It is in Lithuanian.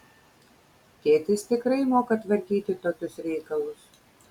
tėtis tikrai moka tvarkyti tokius reikalus